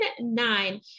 nine